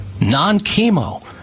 Non-chemo